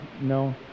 No